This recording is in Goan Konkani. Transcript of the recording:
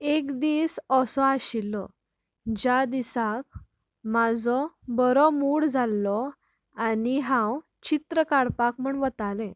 एक दीस असो आशिल्लो ज्या दिसाक म्हजो बरो मूड जाल्लो आनी हांव चित्र काडपाक म्हूण वतालें